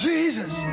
Jesus